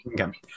Okay